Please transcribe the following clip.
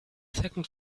second